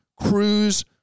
cruise